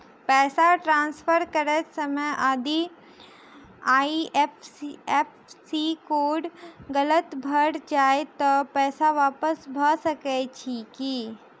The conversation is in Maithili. पैसा ट्रान्सफर करैत समय यदि आई.एफ.एस.सी कोड गलत भऽ जाय तऽ पैसा वापस भऽ सकैत अछि की?